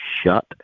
shut